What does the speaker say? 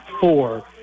four